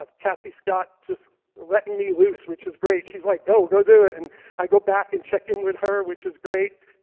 ah kathy scott, just letting me loose, which is great. she's like, go, go do it. and i go back and check in with her, which is great.